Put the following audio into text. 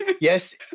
yes